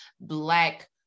black